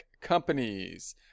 companies